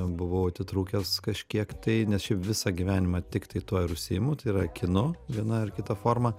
buvau atitrūkęs kažkiek tai nes šiaip visą gyvenimą tiktai tuo ir užsiimu tai yra kinu viena ar kita forma